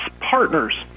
partners